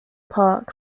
park